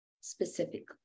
specifically